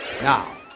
Now